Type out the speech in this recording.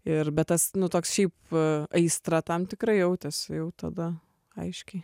ir bet tas nu toks šiaip aistra tam tikra jautėsi jau tada aiškiai